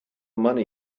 money